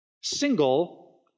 single